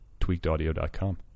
Tweakedaudio.com